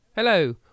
Hello